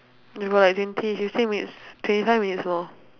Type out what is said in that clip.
we got like twenty fifteen minutes twenty five minutes more